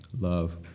love